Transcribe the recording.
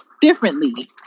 differently